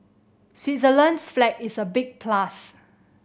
Switzerland's flag is a big plus